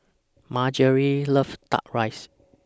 Margery loves Duck Rice